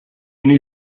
new